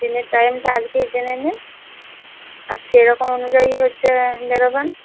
ট্রেনের টাইমটা আজকেই জেনে নিন আর সেরকম অনুযায়ী হচ্ছে বেরোবেন